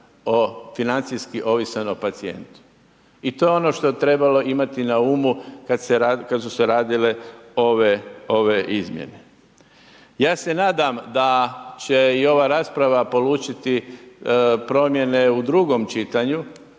financijski ovisan o pacijentu i to je ono što je trebalo imati na umu kad su se radile ove izmjene. Ja se nadam da će i ova rasprava polučiti promjene u drugom čitanju,